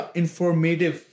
informative